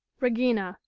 regina.